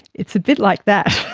it's a bit like that.